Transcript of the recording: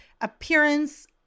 appearance